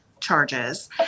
charges